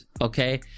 Okay